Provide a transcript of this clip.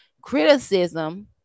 criticism